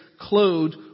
clothed